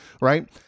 right